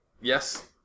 yes